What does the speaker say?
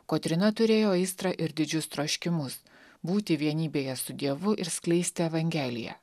kotryna turėjo aistrą ir didžius troškimus būti vienybėje su dievu ir skleisti evangeliją